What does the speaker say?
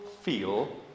feel